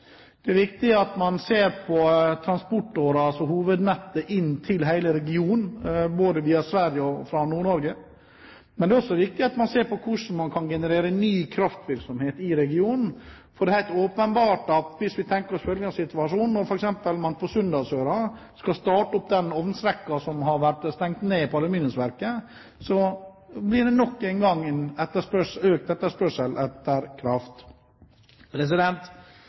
Det er viktig at man ser på transportåren – altså hovednettet inn til hele regionen – både via Sverige og fra Nord-Norge, men det er også viktig at man ser på hvordan man kan generere ny kraftvirksomhet i regionen. Hvis vi tenker oss en situasjon der man f.eks. på Sunndalsøra skal starte opp den ovnsrekken som har vært stengt ned på aluminiumsverket, blir det nok en gang økt etterspørsel etter kraft.